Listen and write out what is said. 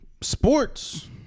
Sports